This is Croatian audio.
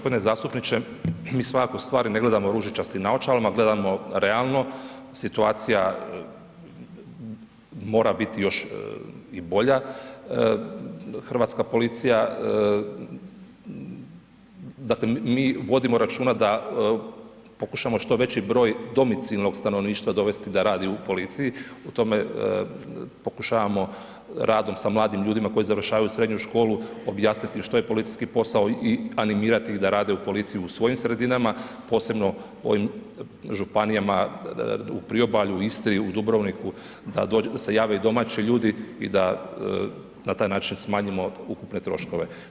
Poštovani g. zastupniče, mi svakako stvari ne gledamo ružičastim naočalama, gledamo realno, situacija mora biti još i bolja, hrvatska policija, dakle mi vodimo računa da pokušamo što veći broj domicilnog stanovništva dovesti da radi u policiji, u tome pokušavamo radom sa mladim ljudima koji završavaju srednju školu objasniti što je policijski posao i animirati ih da rade u policiji u svojim sredinama, posebno u ovim županijama u priobalju, u Istri, u Dubrovniku, da se jave domaće ljudi i da na taj način smanjimo ukupne troškove.